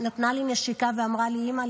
נתנה לי נשיקה ואמרה לי: אימא,